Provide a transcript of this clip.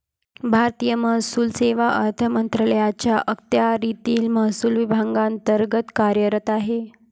भारतीय महसूल सेवा अर्थ मंत्रालयाच्या अखत्यारीतील महसूल विभागांतर्गत कार्यरत आहे